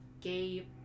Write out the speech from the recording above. gay